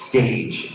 Stage